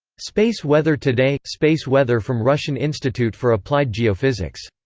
space weather today space weather from russian institute for applied geophysics